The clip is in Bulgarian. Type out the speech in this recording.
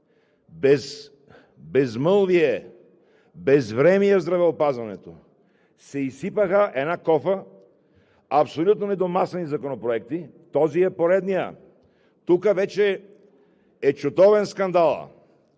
безмълвие, безвремие в здравеопазването, се изсипаха една кофа абсолютно недомислени законопроекти. Този е поредният. Тук вече е чутовен скандалът.